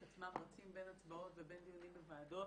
עצמם רצים בין הצבעות ובין דיונים בוועדות